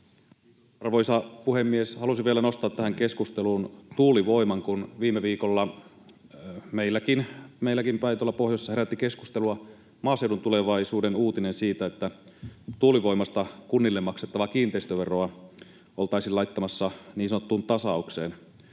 Arvoisa puhemies! Halusin vielä nostaa tähän keskusteluun tuulivoiman, kun viime viikolla meilläkin päin tuolla pohjoisessa herätti keskustelua Maaseudun Tulevaisuuden uutinen siitä, että tuulivoimasta kunnille maksettavaa kiinteistöveroa oltaisiin laittamassa niin sanottuun tasaukseen.